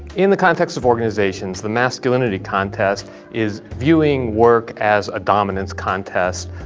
in the context of organizations, the masculinity contest is viewing work as a dominance contest,